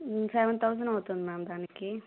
seven thousand అవుతుంది ma'am దానికి